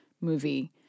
movie